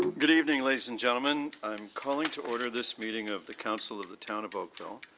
good evening, ladies and gentlemen. i'm calling to order this meeting of the council of the town of oakville.